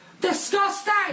Disgusting